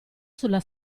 sulla